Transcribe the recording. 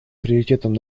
приоритетом